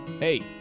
Hey